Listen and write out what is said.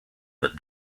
but